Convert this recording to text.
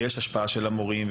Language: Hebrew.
יש השפעה של המורים,